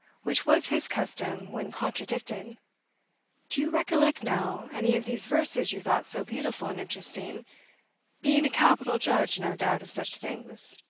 which was his custom when contradicted do you recollect, now, any of these verses you thought so beautiful and interesting being a capital judge, no doubt, of such things?